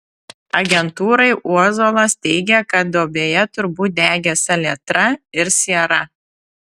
agentūrai uozuolas teigė kad duobėje turbūt degė salietra ir siera